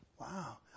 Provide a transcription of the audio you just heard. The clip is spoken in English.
Wow